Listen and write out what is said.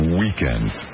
weekends